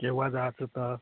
केव्हा जायचं तर